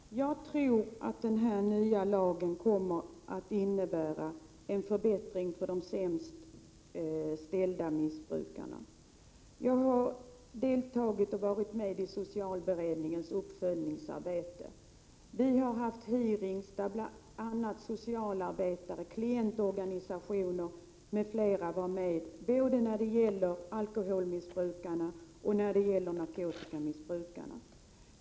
Herr talman! Till Jörn Svensson vill jag säga att jag tror att den här nya lagen kommer att innebära en förbättring för de sämst ställda missbrukarna. Jag har deltagit i socialberedningens uppföljningsarbete. Vi har haft hearings, där bl.a. socialarbetare och klientorganisationer varit med, när det gäller både alkoholmissbrukarna och narkotikamissbrukarna.